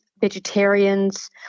vegetarians